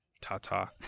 Ta-ta